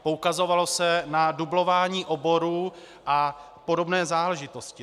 Poukazovalo se na dublování oborů a podobné záležitosti.